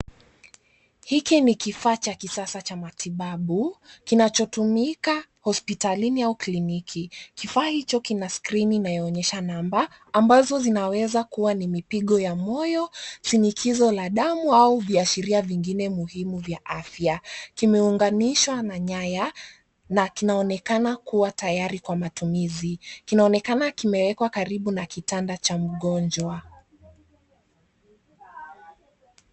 Hiki ni kifaa cha kisasa cha matibabu kinachotumika hospitalini au kliniki. Kifaa hicho kina skrini inayoonyesha namba ambazo zinaweza kuwa ni mipigo ya moyo, shinikizo la damu, au viashiria vingine muhimu vya afya. Kimeunganishwa na nyaya na kinaonekana kuwa tayari kwa matumizi. Kinaonekana kimewekwa karibu na kitanda cha mgonjwa.